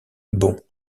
bon